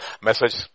message